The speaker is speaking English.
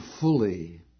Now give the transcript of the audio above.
fully